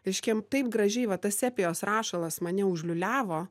reiškia taip gražiai va tas sepijos rašalas mane užliūliavo